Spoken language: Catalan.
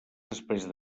després